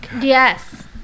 Yes